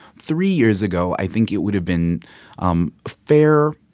three years ago, i think, it would have been um fair,